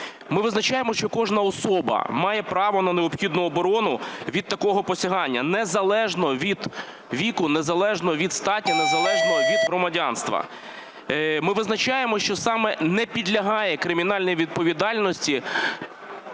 Ми визначаємо, що кожна особа має право на необхідну оборону від такого посягання, незалежно від віку, незалежно від статі, незалежно від громадянства. Ми визначаємо, що саме не підлягає кримінальній відповідальності